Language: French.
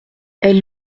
elle